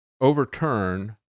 overturn